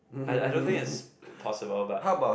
I I don't think is possible but